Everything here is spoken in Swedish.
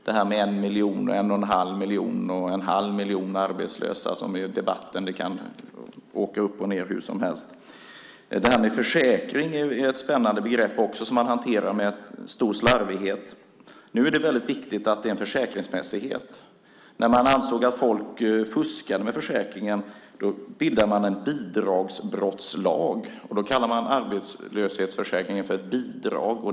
Det är en miljon, en och en halv miljon och en halv miljon arbetslösa som nämns i debatten; siffrorna kan åka både uppåt och nedåt, hur som helst. Begreppet "försäkring" är också spännande, men det hanteras med stor slarvighet. Nu är det väldigt viktigt med försäkringsmässighet. Men när man ansåg att folk fuskade med försäkringen bildade man en bidragsbrottslag. Arbetslöshetsförsäkringen kallades då för ett bidrag.